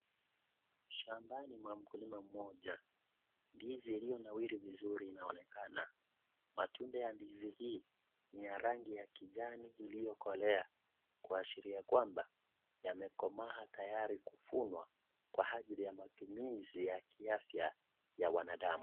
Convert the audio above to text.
Shambani mwa mkulima mmoja. Ndizi iliyonawiri vizuri inaonekana. Matunda ya ndizi hii ni rangi ya kijani kibichi iliyokolea kuashiria kwamba yamekomaa tayari kuvunwa kwa ajili ya matumizi ya kiafya ya wanadamu.